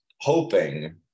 hoping